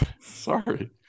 Sorry